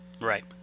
Right